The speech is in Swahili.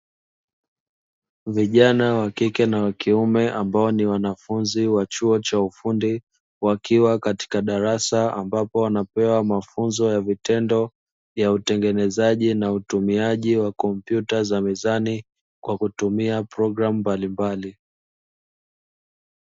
Vijana wa kike na wa kiume ambao ni wanafunzi wa chuo chuo cha ufundi, wakiwa katika darasa ambapo wanapewa mafunzo ya vitendo ya utengenezaji na utumiaji wa kompyuta za mezani kwa kutumia programu mbalimbali.